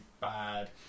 bad